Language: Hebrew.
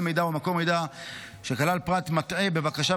מידע או מקור מידע שכלל פרט מטעה בבקשה,